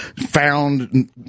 found